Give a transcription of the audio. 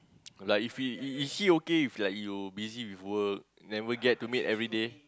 like if you is is she okay with like you busy with work never get to meet everyday